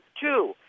two